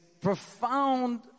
profound